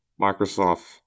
Microsoft